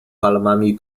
palmami